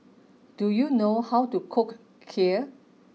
do you know how to cook Kheer